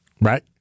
Right